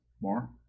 more